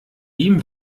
ihm